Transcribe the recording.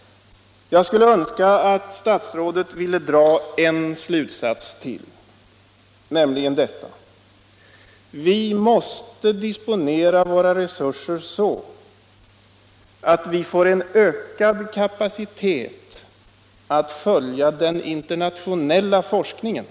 Jag skulle önska att statsrådet ville dra en slutsats till, nämligen att vi måste disponera våra resurser på så sätt att vi får ökad kapacitet för att följa den internationella forskningen.